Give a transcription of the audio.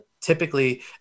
Typically